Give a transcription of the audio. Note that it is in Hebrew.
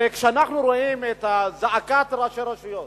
וכשאנחנו רואים את זעקת ראשי הרשויות,